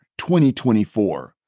2024